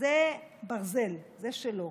זה ברזל, זה שלו.